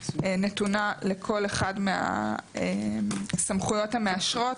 נתונה לכל אחד מהסמכויות המאשרות,